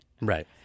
right